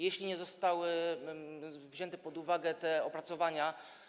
Jeśli nie zostały wzięte pod uwagę te opracowania.